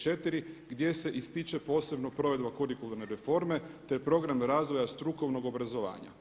IV gdje se ističe posebno provedba kurikularne reforme, te program razvoja strukovnog obrazovanja.